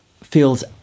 feels